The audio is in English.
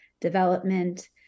development